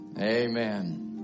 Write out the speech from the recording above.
Amen